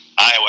Iowa